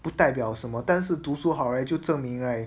不代表什么但是读书好 right 就证明 right